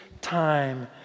time